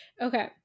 Okay